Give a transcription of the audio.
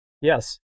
Yes